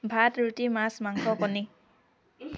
ভাত ৰুটি মাছ মাংস কণী